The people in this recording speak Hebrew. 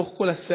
בתוך כל הסערות,